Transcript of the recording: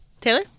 Taylor